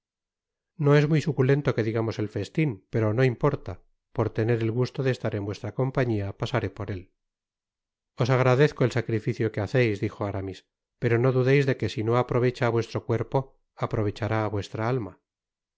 no es muy suculento que digamos el festin pero no importa por tener el gusto de estar en vuestra compañia pasaré por él os agradezco el sacrificio que haceis dijo aramis pero no dudeis deque si do aprovecha á vuestro cuerpo aprovechará á vuestra alma